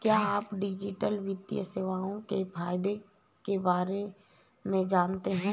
क्या आप डिजिटल वित्तीय सेवाओं के फायदों के बारे में जानते हैं?